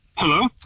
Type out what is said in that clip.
Hello